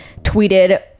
tweeted